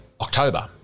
October